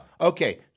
Okay